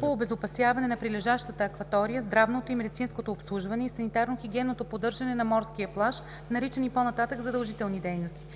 по обезопасяване на прилежащата акватория, здравното и медицинското обслужване и санитарно-хигиенното поддържане на морския плаж, наричани по-нататък „задължителни дейности“.